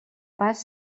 pas